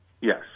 Yes